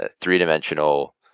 three-dimensional